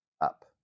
up